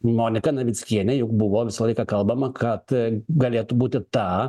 moniką navickienę juk buvo visą laiką kalbama kad galėtų būti ta